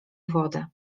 wodę